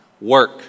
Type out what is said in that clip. Work